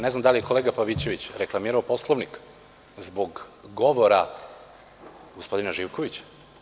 Ne znam da li je gospodin Pavićević reklamirao Poslovnik zbog govora gospodina Živkovića?